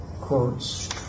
quotes